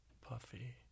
puffy